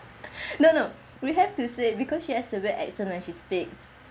no no we have to say because she has a weird accent when she speaks